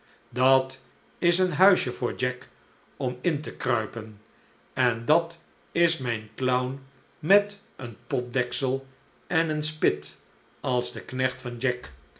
dat is een huisje voor jack om in tekruipen en dat is mijn clown met een potdeksel en een spit als de knecht van jack